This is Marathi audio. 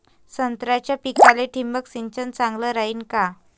संत्र्याच्या पिकाले थिंबक सिंचन चांगलं रायीन का?